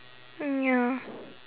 mm ya